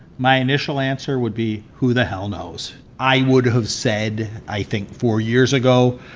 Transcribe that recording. my initial answer would be who the hell knows? i would have said, i think, four years ago,